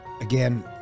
Again